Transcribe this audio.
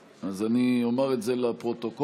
אז אומר את זה לפרוטוקול: